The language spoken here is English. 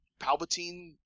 Palpatine